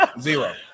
Zero